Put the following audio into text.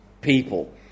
people